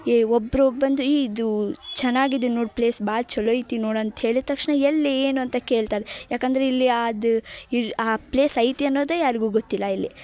ಏ ಒಬ್ಬರು ಬಂದು ಇದು ಚೆನ್ನಾಗಿದೆ ನೋಡು ಪ್ಲೇಸ್ ಭಾಳ ಚಲೋ ಐತಿ ನೋಡು ಅಂತ ಹೇಳಿದ ತಕ್ಷಣ ಎಲ್ಲಿ ಏನು ಅಂತ ಕೇಳ್ತಾರೆ ಯಾಕಂದರೆ ಇಲ್ಲಿ ಆದ್ ಇರ್ ಆ ಪ್ಲೇಸ್ ಐತಿ ಅನ್ನೋದೇ ಯಾರಿಗೂ ಗೊತ್ತಿಲ್ಲ ಇಲ್ಲಿ